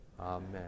Amen